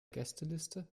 gästeliste